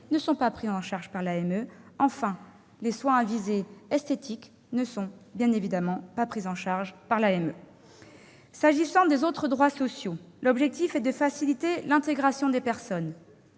le sont pas par l'AME. Enfin, les soins à visée esthétique ne sont, bien évidemment, pas pris en charge par l'AME. S'agissant des autres droits sociaux, l'objectif est de faciliter l'intégration des personnes.